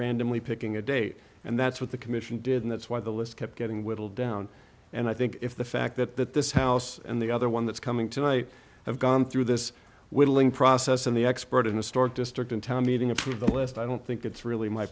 randomly picking a date and that's what the commission did and that's why the list kept getting whittled down and i think if the fact that that this house and the other one that's coming tonight have gone through this willing process and the expert in the store district in town meeting approve the list i don't think it's really my